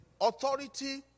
authority